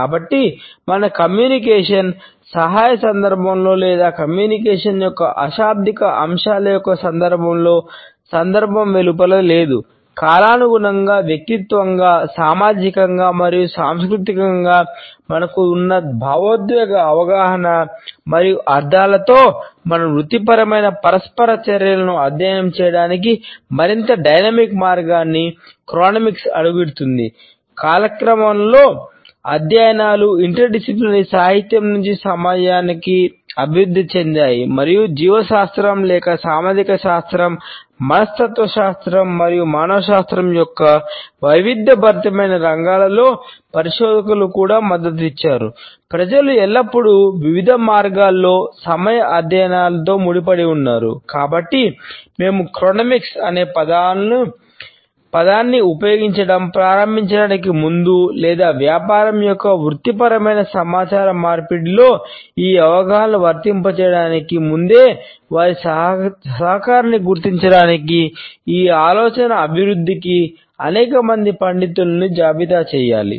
కాబట్టి మన కమ్యూనికేషన్ అనే పదాన్ని ఉపయోగించడం ప్రారంభించడానికి ముందు లేదా వ్యాపారం మరియు వృత్తిపరమైన సమాచార మార్పిడిలో ఈ అవగాహనలను వర్తింపజేయడానికి ముందే వారి సహకారాన్ని గుర్తించడానికి ఈ ఆలోచన అభివృద్ధికి అనేక మంది పండితులను జాబితా చేయాలి